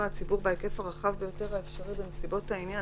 הציבור בהיקף הרחב ביותר האפשרי בנסיבות העניין",